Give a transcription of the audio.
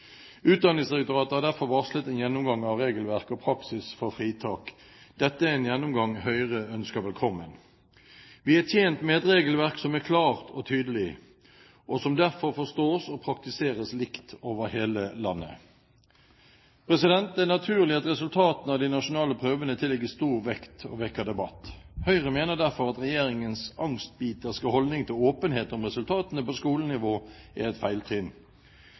Utdanningsdirektoratet har derfor varslet en gjennomgang av regelverk og praksis for fritak. Dette er en gjennomgang Høyre ønsker velkommen. Vi er tjent med et regelverk som er klart og tydelig, og som derfor forstås og praktiseres likt over hele landet. Det er naturlig at resultatene av de nasjonale prøvene tillegges stor vekt og vekker debatt. Høyre mener derfor at regjeringens angstbiterske holdning til åpenhet om resultatene på skolenivå er et